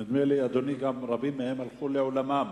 נדמה לי, אדוני, שרבים מהם הלכו לעולמם.